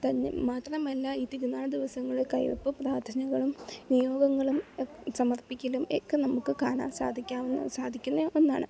തന്നെ മാത്രമല്ല ഈ തിരുനാൾ ദിവസങ്ങൾ കഴിഞ്ഞപ്പോൾ പ്രാർത്ഥനകളും നിയോഗങ്ങളും സമർപ്പിക്കലും ഒക്കെ നമുക്ക് കാണാൻ സാധിക്കാവുന്ന സാധിക്കുന്ന ഒന്നാണ്